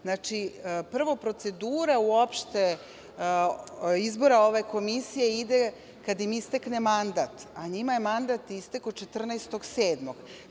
Znači, prvo, procedura uopšte izbora ove Komisije ide kad im istekne mandat, a njima je mandat istekao 14. jula.